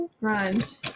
Rhymes